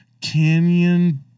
canyon